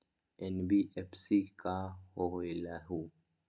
NBFC का होलहु?